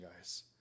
guys